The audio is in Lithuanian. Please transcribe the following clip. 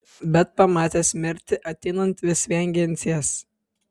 bet pamatęs mirtį ateinant vis vien ginsies